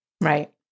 Right